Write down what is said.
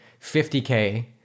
50K